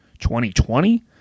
2020